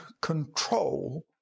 control